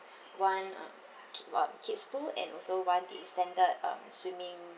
one uh ki~ um kids pool and also one the standard um swimming